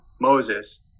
Moses